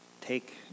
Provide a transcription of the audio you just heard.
Take